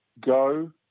go